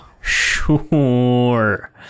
Sure